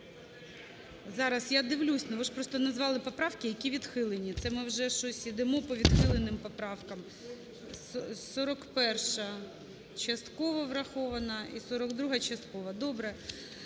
Зараз, я дивлюсь. Ну, ви ж просто назвали поправки, які відхилені. Це ми вже щось йдемо по відхиленим поправкам. 41-а – частково врахована. І 42-а – частково. Добре.